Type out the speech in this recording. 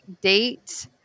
date